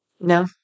No